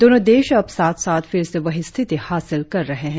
दोनो देश अब साथ साथ फिर से वही स्थिति हासिल कर रहे है